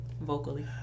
vocally